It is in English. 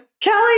Kelly